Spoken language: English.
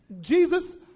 Jesus